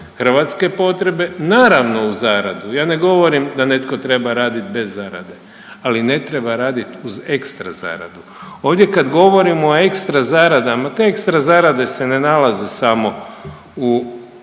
hrvatske potrebe naravno uz zaradu. Ja ne govorim da netko treba raditi bez zarade, ali ne treba raditi uz ekstra zaradu. Ovdje kad govorimo o ekstra zaradama, te ekstra zarade se ne nalaze samo u